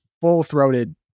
full-throated